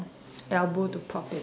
elbow to prop it up